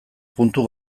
puntu